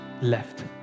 left